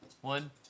One